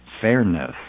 fairness